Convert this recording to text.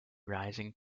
rising